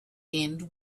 end